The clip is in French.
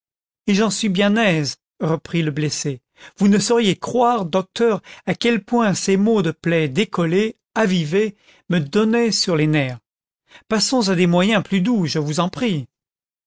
et j'en suis bien aise reprit le blessé vous ne sauriez croire docteur à quel point ces mots de plaie décollée avivée me donnaient sur les nerfs passons à des moyens plus doux je vous en prie